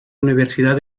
universidad